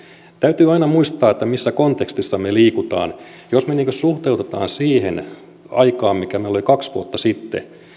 täytyy aina muistaa missä kontekstissa me liikumme jos me suhteutamme siihen aikaan mikä meillä oli kaksi vuotta sitten